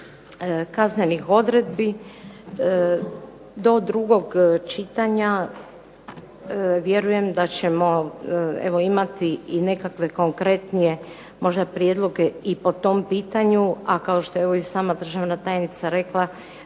kaznenih odredbi do drugog čitanja vjerujem da ćemo evo imati i nekakve konkretnije možda prijedloge i po tom pitanju, a kao što je evo i sama državna tajnica rekla